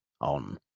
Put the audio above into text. on